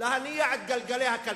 להניע את גלגלי הכלכלה.